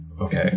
Okay